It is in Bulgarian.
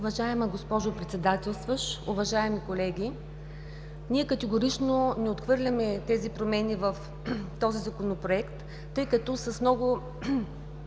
Уважаема госпожо Председател, уважаеми колеги! Ние категорично не отхвърляме тези промени в този Законопроект, тъй като с много